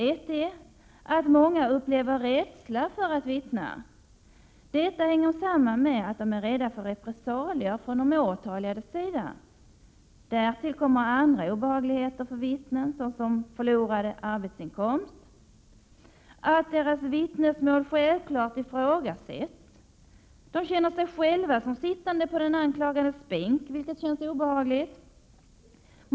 Ett är att många upplever en rädsla för att vittna. Detta hänger samman med att de är rädda för repressalier från de åtalades sida. Därtill kommer andra obehagligheter för vittnen, såsom förlorad arbetsinkomst, att deras vittnesmål självklart ifrågasätts och att de känner sig själva som sittande på de anklagades bänk, vilket naturligtvis känns obehagligt.